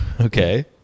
Okay